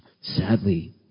sadly